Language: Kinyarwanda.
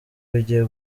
bigiye